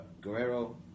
Guerrero